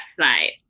website